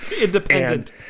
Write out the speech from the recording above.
Independent